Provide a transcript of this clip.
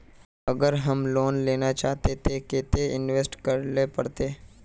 अगर हम लोन लेना चाहते तो केते इंवेस्ट करेला पड़ते?